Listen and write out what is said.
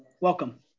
Welcome